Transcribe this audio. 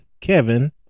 Kevin